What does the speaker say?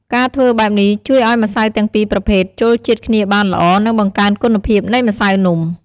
ការធ្វើបែបនេះជួយឱ្យម្សៅទាំងពីរប្រភេទចូលជាតិគ្នាបានល្អ និងបង្កើនគុណភាពនៃម្សៅនំ។